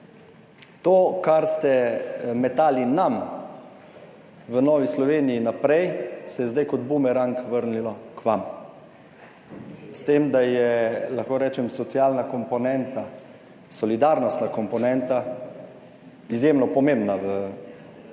To, kar ste nam v Novi Sloveniji metali naprej, se je zdaj kot bumerang vrnilo k vam, s tem, da je, lahko rečem, socialna komponenta, solidarnostna komponenta izjemno pomembna v politiki